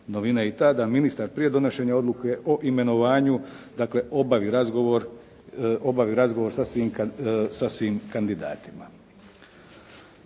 Novina je i ta da ministar prije donošenja odluke o imenovanju, dakle obavi razgovor sa svim kandidatima.